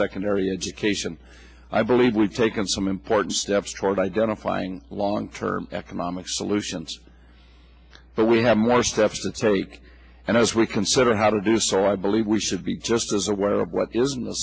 second area education i believe we've taken some important steps toward identifying long term economic solutions but we have more steps to take and as we consider how to do so i believe we should be just as aware of what is